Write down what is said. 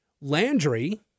Landry